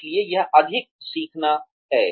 इसलिए यह अधिक सीखना है